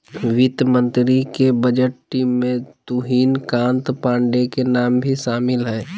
वित्त मंत्री के बजट टीम में तुहिन कांत पांडे के नाम भी शामिल हइ